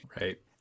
Right